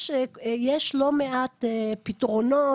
יש לא מעט פתרונות,